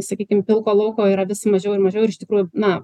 sakykim pilko lauko yra vis mažiau ir mažiau ir iš tikrųjų na